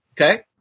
Okay